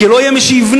כי לא יהיה מי שיבנה,